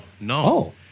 no